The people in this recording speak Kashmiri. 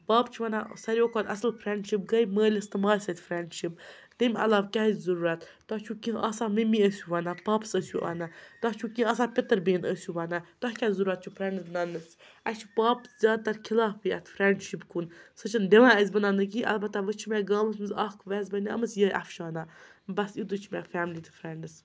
پاپہٕ چھِ وَنان ساروٕیو کھۄتہٕ اَصٕل فرٛٮ۪نٛڈشِپ گٔے مٲلِس تہٕ ماجہِ سۭتۍ فرٛٮ۪نٛڈشِپ تمہِ علاوٕ کیٛازِ چھُ ضرورت تۄہہِ چھُ کینٛہہ آسان مِمی ٲسِو وَنان پاپَس ٲسِو وَنان تۄہہِ چھُ کینٛہہ آسان پِتٕر بیٚنٮ۪ن ٲسِو وَنان تۄہہِ کیٛاہ ضرورَت چھُ فرٛٮ۪نٛڈٕز بَننَس اَسہِ چھِ پاپہٕ زیادٕ تر خلافٕے اَتھ فرٛٮ۪نٛڈشِپ کُن سُہ چھِنہٕ دِوان اَسہِ بَناونہٕ کِہیٖنۍ البتہ وٕ چھِ مےٚ گامَس منٛز اَکھ وٮ۪س بَنیٛامٕژ یِہٕے افشانہ بَس یُتُے چھُ فیملی تہٕ فرٛٮ۪نٛڈٕز